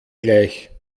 gleich